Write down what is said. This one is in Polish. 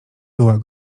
była